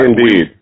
Indeed